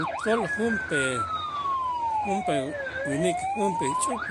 Utool junp'ee junp'ee winik junp'ee ixch'up